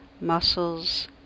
muscles